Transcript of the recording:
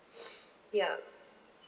yup